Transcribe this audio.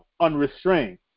unrestrained